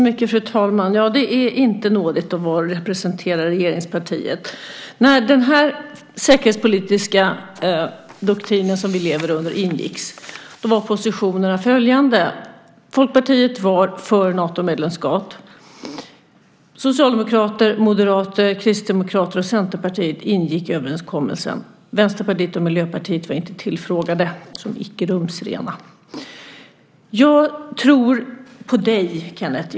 Fru talman! Det är inte nådigt att vara representerad i regeringspartiet. När den säkerhetspolitiska doktrin som vi nu lever under ingicks var positionerna följande: Folkpartiet var för Natomedlemskap, och Socialdemokraterna, Moderaterna, Kristdemokraterna och Centerpartiet ingick i överenskommelsen. Vänsterpartiet och Miljöpartiet var inte tillfrågade. De ansågs som icke rumsrena. Jag tror på dig, Kenneth.